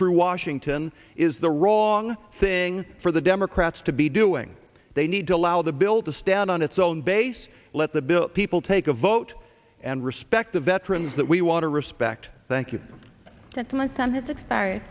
through washington is the wrong thing for the democrats to be doing they need to allow the bill to stand on its own base let the bill people take a vote and respect the veterans that we want to respect thank you that's my son his exp